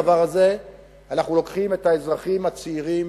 אנחנו לוקחים את האזרחים הצעירים,